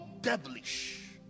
devilish